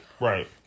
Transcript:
right